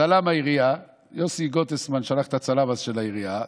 צלם העירייה, יוסי גוטסמן שלח את הצלם של העירייה.